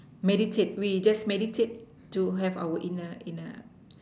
meditate we just meditate to have our inner inner